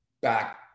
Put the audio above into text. back